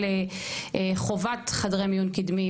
על חובת חדרי מיון קדמיים,